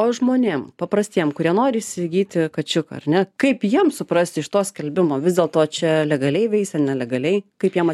o žmonėm paprastiem kurie nori įsigyti kačiuką ar ne kaip jiem suprasti iš to skelbimo vis dėlto čia legaliai veisia nelegaliai kaip jiem